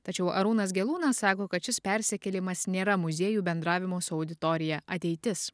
tačiau arūnas gelūnas sako kad šis persikėlimas nėra muziejų bendravimo su auditorija ateitis